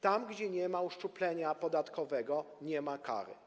Tam gdzie nie ma uszczuplenia podatkowego, nie ma kary.